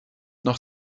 noch